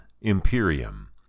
Imperium